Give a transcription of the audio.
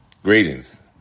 Greetings